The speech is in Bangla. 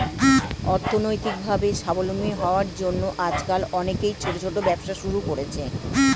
অর্থনৈতিকভাবে স্বাবলম্বী হওয়ার জন্য আজকাল অনেকেই ছোট ছোট ব্যবসা শুরু করছে